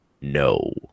no